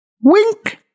Wink